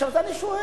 עכשיו אני שואל: